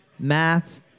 math